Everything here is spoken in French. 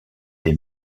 des